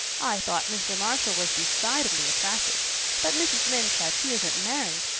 i thought mr. marshall was decidedly attractive but mrs. lynde says he isn't married,